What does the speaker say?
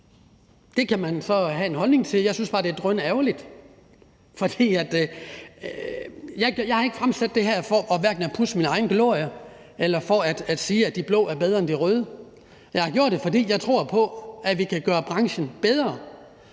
Det kan man så have en holdning til, men jeg synes bare, det er drønærgerligt, for jeg har ikke fremsat det for at pudse min egen glorie eller for at sige, at de blå er bedre end de røde, jeg har gjort det, fordi jeg tror på, at vi kan gøre branchen bedre,